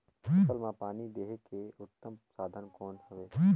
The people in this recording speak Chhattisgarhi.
फसल मां पानी देहे के उत्तम साधन कौन हवे?